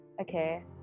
okay